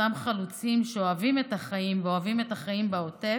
אותם חלוצים שאוהבים את החיים ואוהבים את החיים בעוטף,